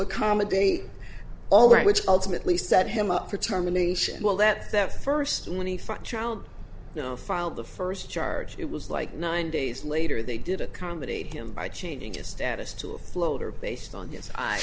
accommodate all right which ultimately set him up for terminations well that that first when he front child now filed the first charge it was like nine days later they did accommodate him by changing his status to a floater based on yes